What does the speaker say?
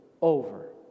over